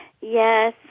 Yes